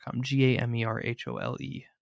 G-A-M-E-R-H-O-L-E